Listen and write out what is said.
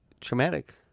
traumatic